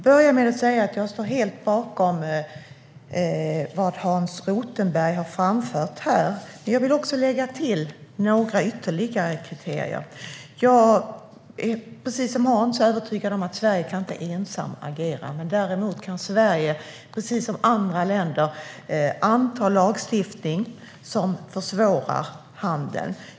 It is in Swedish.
Herr talman! Jag står helt bakom vad Hans Rothenberg har framfört, men jag vill också lägga till några ytterligare kriterier. Precis som Hans är jag övertygad om att Sverige inte ensamt kan agera, men däremot kan Sverige, som andra länder, anta lagstiftning som försvårar handeln.